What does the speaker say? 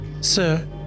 Sir